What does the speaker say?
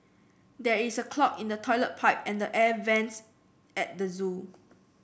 there is a clog in the toilet pipe and the air vents at the zoo